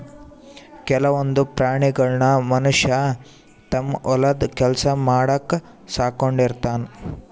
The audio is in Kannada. ಕೆಲವೊಂದ್ ಪ್ರಾಣಿಗಳನ್ನ್ ಮನಷ್ಯ ತಮ್ಮ್ ಹೊಲದ್ ಕೆಲ್ಸ ಮಾಡಕ್ಕ್ ಸಾಕೊಂಡಿರ್ತಾನ್